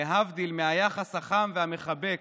להבדיל מהיחס החם והמחבק